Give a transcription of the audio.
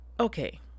Okay